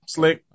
Slick